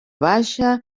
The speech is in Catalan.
baixa